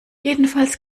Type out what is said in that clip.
jedenfalls